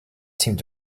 seemed